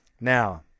Now